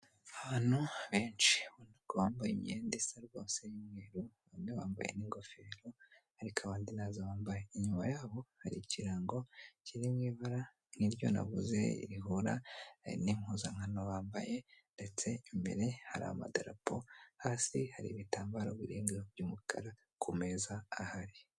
Abantu benshi ko bambaye imyenda isa rwose y'umweru bamwe bambaye n'ingofero ariko abandi ntazo bambaye inyuma yabo hari ikirango kirimo ibara nk'iryo navuze rihura n'impuzankano bambaye ndetse imbere hari amadarapo hasi hari ibitambaro birenze by'umukara ku meza ahari.